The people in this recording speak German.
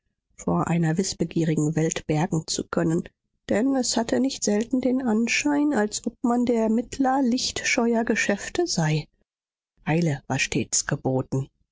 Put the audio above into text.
vor einer wißbegierigen welt bergen zu können denn es hatte nicht selten den anschein als ob man der mittler lichtscheuer geschäfte sei eile war stets geboten